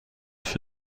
für